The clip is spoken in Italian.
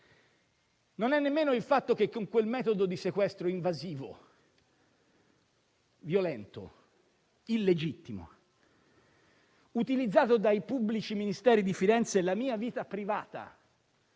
non è nemmeno il fatto che con quel metodo di sequestro invasivo, violento, illegittimo, utilizzato dai pubblici ministeri di Firenze, la mia vita privata,